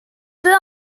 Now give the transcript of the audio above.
peut